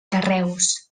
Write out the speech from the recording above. carreus